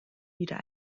wieder